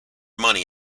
money